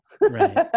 Right